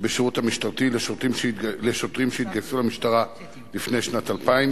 בשירות המשטרתי לשוטרים שהתגייסו למשטרה לפני שנת 2000,